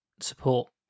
support